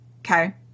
Okay